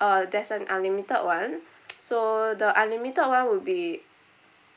uh that's an unlimited one so the unlimited one would be